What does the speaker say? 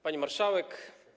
Pani Marszałek!